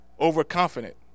overconfident